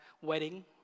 wedding